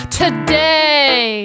today